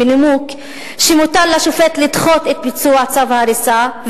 בנימוק שמותר לשופט לדחות את ביצוע צו ההריסה,